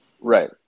Right